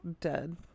dead